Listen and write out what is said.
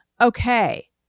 Okay